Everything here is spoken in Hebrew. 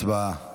הצבעה.